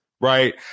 right